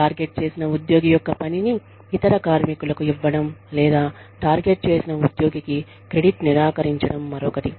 target చేసిన ఉద్యోగి యొక్క పనిని ఇతర కార్మికులకు ఇవ్వడం లేదా టార్గెట్ చేసిన ఉద్యోగికి క్రెడిట్ నిరాకరించడం మరొకటి